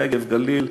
נגב גליל,